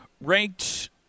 Ranked